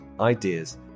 ideas